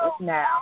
now